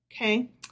Okay